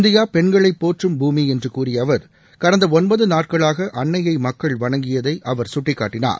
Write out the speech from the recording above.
India பெண்களை போற்றும் பூமி என்று கூறிய அவர் கடந்த ஒன்பது நாட்களாக அன்னையை மக்கள் வணங்கியதை அவர் சுட்டிக்காட்டினார்